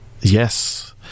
Yes